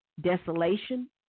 Desolation